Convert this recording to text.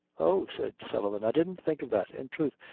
oh, said sullivan, i didn't think of that in troth,